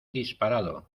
disparado